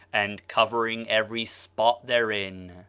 and covering every spot therein.